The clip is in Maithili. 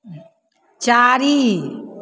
चारि